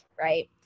right